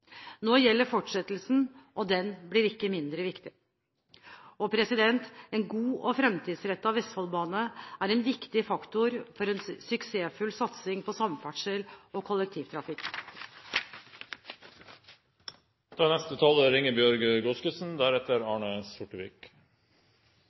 Nå gjelder fortsettelsen – og den blir ikke mindre viktig. En god og fremtidsrettet vestfoldbane er en viktig faktor for en suksessfull satsing på samferdsel og